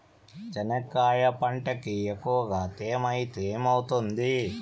చెనక్కాయ పంటకి ఎక్కువగా తేమ ఐతే ఏమవుతుంది?